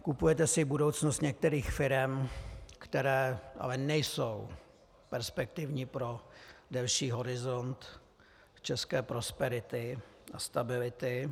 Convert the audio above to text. Kupujete si budoucnost některých firem, které ale nejsou perspektivní pro delší horizont české prosperity a stability.